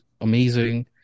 amazing